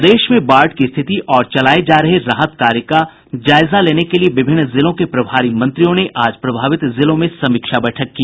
प्रदेश में बाढ़ की स्थिति और चलाये जा रहे राहत कार्य का जायजा लेने के लिये विभिन्न जिलों के प्रभारी मंत्रियों ने आज प्रभावित जिलों में समीक्षा बैठक की